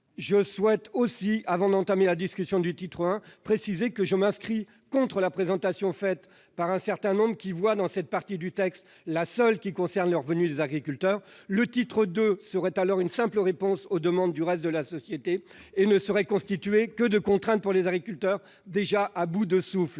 Je souhaite aussi, avant d'entamer la discussion du titre I, préciser que je m'inscris en faux contre la présentation faite par certains, qui ne voient pas d'autre partie dans ce texte susceptible de concerner le revenu des agriculteurs. Le titre II serait alors une simple réponse aux demandes du reste de la société et ne serait constitué que de contraintes pour des agriculteurs déjà à bout de souffle.